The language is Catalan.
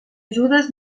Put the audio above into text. judes